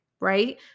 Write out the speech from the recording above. right